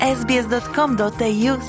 sbs.com.au